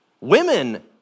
Women